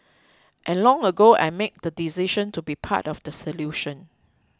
and long ago I made the decision to be part of the solution